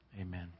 Amen